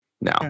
now